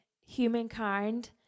humankind